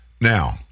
Now